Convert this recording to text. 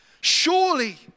surely